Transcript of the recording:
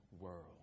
world